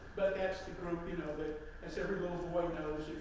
but that's the group, you know, that as every little boy knows,